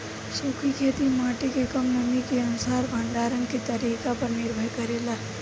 सूखी खेती माटी के कम नमी के अनुसार भंडारण के तरीका पर निर्भर करेला